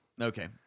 Okay